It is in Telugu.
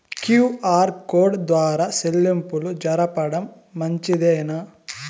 క్యు.ఆర్ కోడ్ ద్వారా చెల్లింపులు జరపడం మంచిదేనా?